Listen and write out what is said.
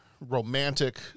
romantic